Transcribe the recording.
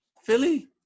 Philly